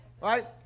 right